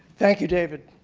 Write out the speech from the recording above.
thank you david.